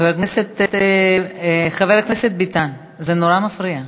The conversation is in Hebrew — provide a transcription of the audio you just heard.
חבר הכנסת ביטן, זה נורא מפריע.